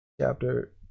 chapter